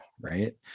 right